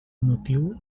motiu